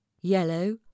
yellow